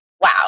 Wow